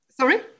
Sorry